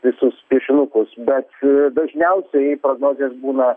visus piešinukus bet dažniausiai prognozės būna